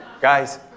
guys